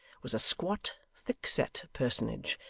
was a squat, thickset personage,